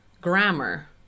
grammar